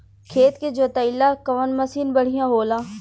खेत के जोतईला कवन मसीन बढ़ियां होला?